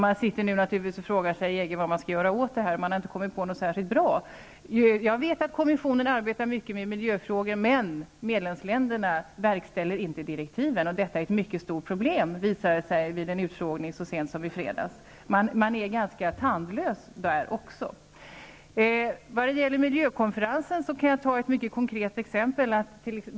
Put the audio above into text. Man frågar sig naturligtvis nu i EG vad man skall göra åt detta, men man har inte kommit på något särskilt bra. Jag vet att kommissionen arbetar mycket med miljöfrågor, men medlemsländerna verkställer inte direktiven. Detta är ett mycket stort problem, visade det sig vid en utfrågning så sent som i fredags. Man är också inom EG ganska tandlös. Vad gäller miljökonferensen kan jag ta ett mycket konkret exempel.